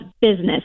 business